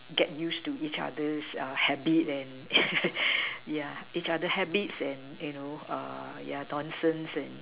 get used to each other's uh habit and ya each other habits and you know err ya nonsense and